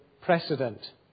precedent